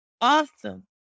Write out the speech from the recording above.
awesome